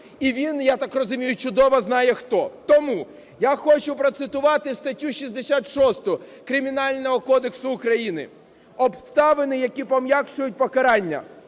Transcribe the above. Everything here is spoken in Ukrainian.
і він, я так розумію, чудово знає хто. Тому я хочу процитувати статтю 66 Кримінального кодексу України "Обставини, які пом'якшують покарання":